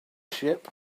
ship